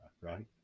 right